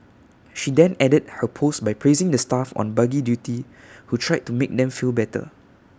she then ended her post by praising the staff on buggy duty who tried to make them feel better